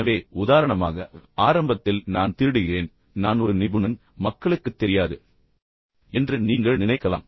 எனவே உதாரணமாக எடுத்துக் கொள்ளுங்கள் ஆரம்பத்தில் நான் திருடுகிறேன் நான் ஒரு நிபுணன் பின்னர் மக்களுக்குத் தெரியாது என்று நீங்கள் நினைக்கலாம்